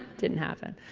didn't happen.